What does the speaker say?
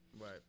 Right